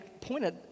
pointed